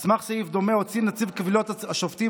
על סמך סעיף דומה הוציא נציב קבילות השופטים